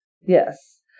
Yes